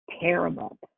Terrible